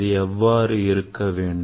அது எவ்வாறு இருக்க வேண்டும்